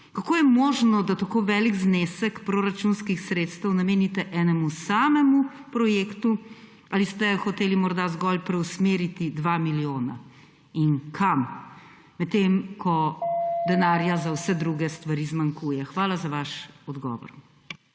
Kako je možno, da tako velik znesek proračunskih sredstev namenite enemu samemu projektu? Ali ste hoteli morda zgolj preusmeriti 2 milijona in kam, medtem ko denarja za vse druge stvari zmanjkuje? Hvala za vaš odgovor.